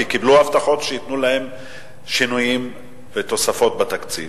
כי הם הבטיחו להם שיהיו שינויים ותוספות בתקציב.